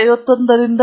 ಆದ್ದರಿಂದ ಅದು ನನ್ನದು